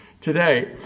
today